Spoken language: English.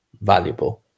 valuable